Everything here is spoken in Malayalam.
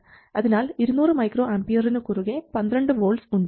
അതിനാൽ 200 µA നു കുറുകെ 12 വോൾട്ട്സ് ഉണ്ട്